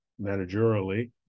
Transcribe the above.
managerially